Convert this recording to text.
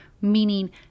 meaning